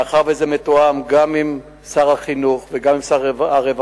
מאחר שזה מתואם גם עם שר החינוך וגם עם שר הרווחה,